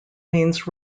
means